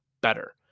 better